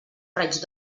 raig